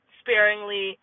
sparingly